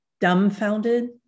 dumbfounded